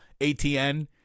ATN